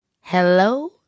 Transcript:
Hello